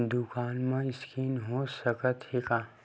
दुकान मा स्कैन हो सकत हे का?